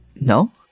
No